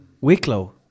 Wicklow